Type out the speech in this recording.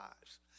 lives